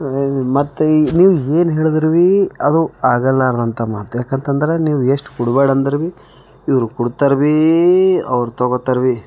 ಮತ್ತೆ ನೀವು ಏನು ಹೇಳಿದ್ರು ಬೀ ಅದು ಆಗಲ್ಲಾರ್ದಂಥ ಮಾತು ಯಾಕಂತಂದ್ರೆ ನೀವು ಎಷ್ಟು ಕೊಡಬ್ಯಾಡ ಅಂದ್ರೆ ಬೀ ಇವರು ಕೊಡ್ತಾರೆ ಬಿ ಅವರು ತಗೋತಾರೆ ಬಿ